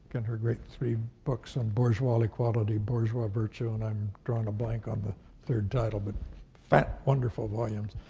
and her great three books on bourgeois equality, bourgeois virtue, and i'm drawing a blank on the third title, but fat, wonderful volumes,